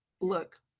look